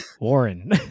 Warren